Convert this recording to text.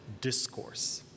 Discourse